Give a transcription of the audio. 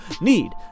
need